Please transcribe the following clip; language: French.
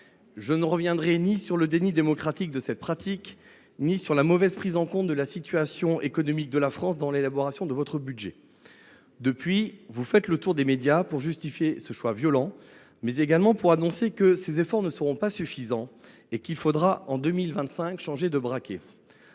Je ne reviendrai ni sur le déni démocratique que constitue cette pratique ni sur la mauvaise prise en compte de la situation économique de la France dans l’élaboration de votre budget. Depuis lors, vous faites le tour des médias, non seulement pour justifier ce choix violent, mais également pour annoncer que ces efforts ne seront pas suffisants et qu’il faudra, en 2025, changer de braquet.